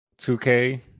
2K